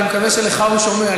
אני מקווה שלך הוא שומע,